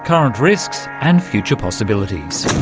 current risks and future possibilities.